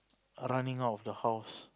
are running out of the house